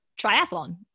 triathlon